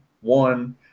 one